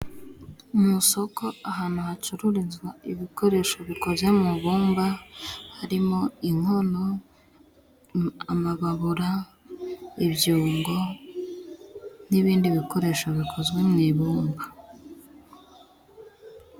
mu isoko ahantu hacururizwa ibikoresho bikoze mu bumba harimo inkono amababura ibyombo n'ibindi bikoresho bikozwe mu ibumba.